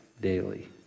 daily